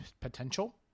potential